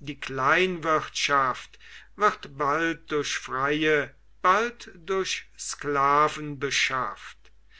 die kleinwirtschaft wird bald durch freie bald durch sklaven beschafft